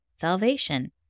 salvation